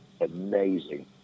amazing